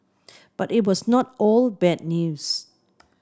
but it was not all bad news